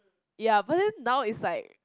ya but then now is like